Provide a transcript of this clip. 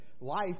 Life